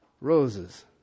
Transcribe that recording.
roses